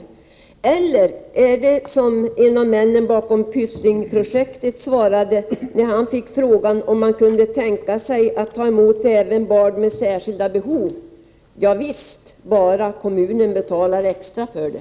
Förhåller det sig möjligen så som en av männen bakom projektet med Pysslingen sade när han fick frågan om man kunde tänka sig att även ta emot barn med särskilda behov: Ja visst, bara kommunen betalar extra för det?